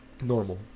Normal